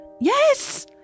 Yes